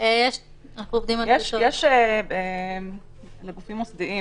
יצא חוזר לגופים מוסדיים